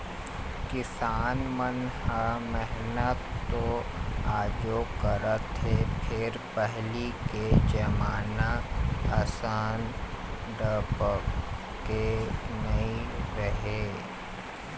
किसान मन ह मेहनत तो आजो करत हे फेर पहिली के जमाना असन डपटके नइ राहय